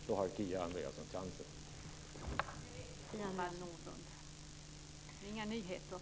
Då har Kia Andreasson chansen.